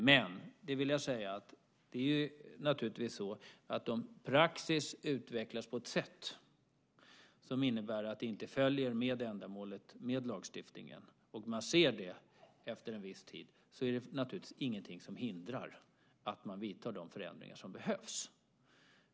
Men det är naturligtvis så att om man efter en viss tid ser att praxis utvecklas på ett sådant sätt att den inte följer ändamålet med lagstiftningen är det naturligtvis ingenting som hindrar att man gör de förändringar som behövs.